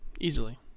Easily